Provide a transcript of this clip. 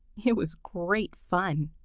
it was great fun!